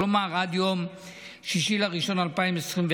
כלומר עד יום 6 בינואר 2024,